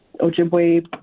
Ojibwe